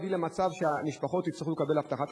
למצב שהמשפחות יצטרכו לקבל הבטחת הכנסה,